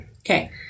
okay